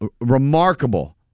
remarkable